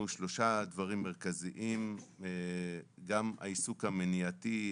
שלושה דברים מרכזיים גם העיסוק המניעתי,